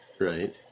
Right